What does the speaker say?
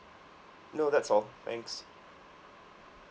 no that's all thanks